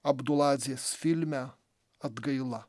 abduladzės filme atgaila